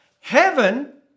heaven